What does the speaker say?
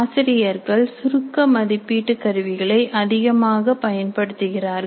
ஆசிரியர்கள் சுருக்க மதிப்பீட்டு கருவிகளை அதிகமாக பயன்படுத்துகிறார்கள்